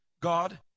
God